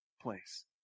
place